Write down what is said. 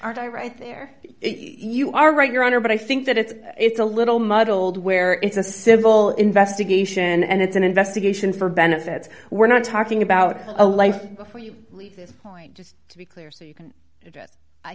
aren't i right there you are right your honor but i think that it's it's a little muddled where it's a civil investigation and it's an investigation for benefits we're not talking about a life before you leave this point just to be clear so you can